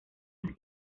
menos